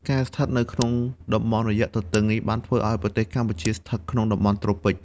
ការស្ថិតនៅក្នុងតំបន់រយៈទទឹងនេះបានធ្វើឲ្យប្រទេសកម្ពុជាស្ថិតក្នុងតំបន់ត្រូពិច។